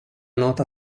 nota